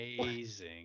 amazing